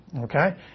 Okay